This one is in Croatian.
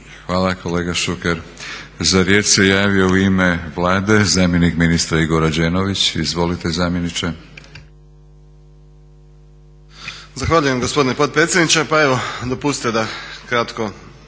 Hvala kolega Šuker. Za riječ se javio u ime Vlade zamjenik ministra Igor Rađenović. Izvolite zamjeniče. **Rađenović, Igor (SDP)** Zahvaljujem gospodine potpredsjedniče. Pa evo dopustite da kratko